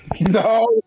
no